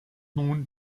nun